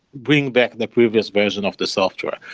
bring back the previous version of the software,